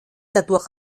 dadurch